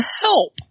help